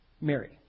Mary